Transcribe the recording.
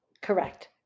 Correct